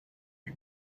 the